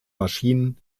maschinen